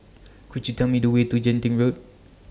Could YOU Tell Me The Way to Genting Road